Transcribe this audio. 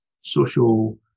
social